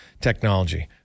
technology